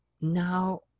now